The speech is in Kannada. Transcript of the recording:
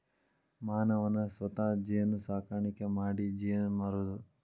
ಮಾನವನ ಸ್ವತಾ ಜೇನು ಸಾಕಾಣಿಕಿ ಮಾಡಿ ಜೇನ ಮಾರುದು